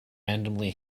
randomly